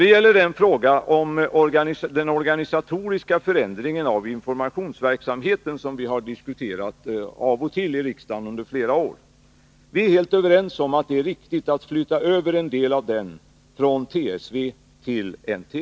Det gäller frågan om den organisatoriska förändringen av informationsverksamheten, som vi har diskuterat av och till i riksdagen under flera år. Vi är helt överens om att det är riktigt att flytta över en del av den från TSV till NTF.